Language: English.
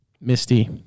Misty